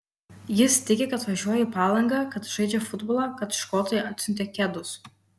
jis tiki kad važiuoja į palangą kad žaidžia futbolą kad škotai atsiuntė kedus